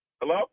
Hello